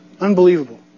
Unbelievable